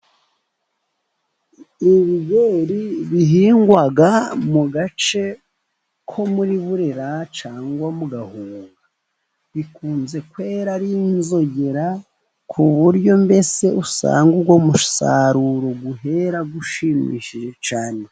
Ibigori bihingwa mu gace ko muri Burera cyangwa mu Gahunga. Bikunze kwera ari inzogera, ku buryo mbese usanga uwo musaruro uhera ushimishije cyane.